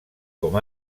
com